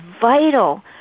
vital